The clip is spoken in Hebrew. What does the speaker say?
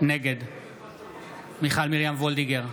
נגד מיכל מרים וולדיגר,